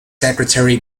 secretary